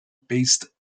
based